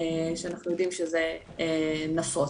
שאנחנו יודעים שזה נפוץ.